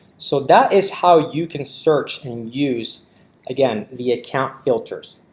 so that is how you can search and use again the account filters.